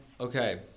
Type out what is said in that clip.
Okay